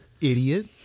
idiot